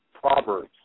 Proverbs